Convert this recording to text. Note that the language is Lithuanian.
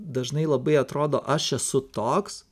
dažnai labai atrodo aš esu toks